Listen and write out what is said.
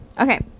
okay